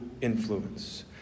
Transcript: influence